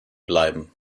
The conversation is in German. bleiben